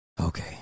Okay